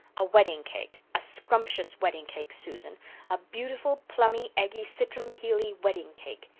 a wedding-cake a scrumptious wedding-cake, susan a beautiful, plummy, eggy, citron-peely wedding-cake.